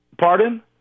Pardon